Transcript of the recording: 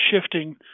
shifting